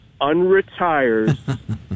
unretires